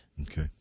Okay